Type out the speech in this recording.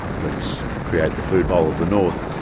let's create the food bowl of the north.